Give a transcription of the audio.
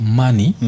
money